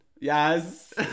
Yes